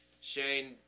Shane